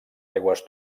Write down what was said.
aigües